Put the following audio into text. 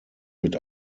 mit